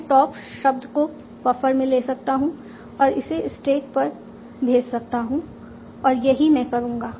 मैं टॉप शब्द को बफर में ले जा सकता हूं और इसे स्टैक पर भेज सकता हूं और यही मैं करूंगा